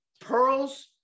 Pearls